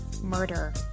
murder